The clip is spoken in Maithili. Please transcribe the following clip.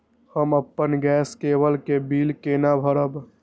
हम अपन गैस केवल के बिल केना भरब?